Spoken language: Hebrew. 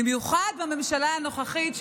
במיוחד בממשלה הנוכחית,